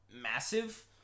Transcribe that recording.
massive